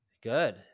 Good